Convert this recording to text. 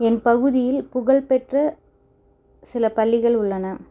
என் பகுதியில் புகழ்ப்பெற்ற சில பள்ளிகள் உள்ளன